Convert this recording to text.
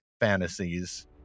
fantasies